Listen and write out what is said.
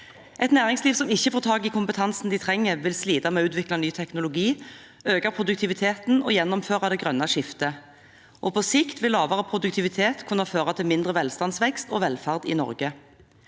Et næringsliv som ikke får tak i kompetansen de trenger, vil slite med å utvikle ny teknologi, øke produktiviteten og gjennomføre det grønne skiftet. På sikt vil lavere produktivitet kunne føre til mindre velstandsvekst og velferd i Norge.